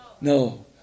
No